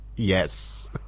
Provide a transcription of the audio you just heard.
Yes